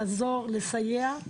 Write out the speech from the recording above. לעזור ולסייע.